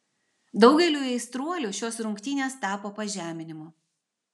daugeliui aistruolių šios rungtynės tapo pažeminimu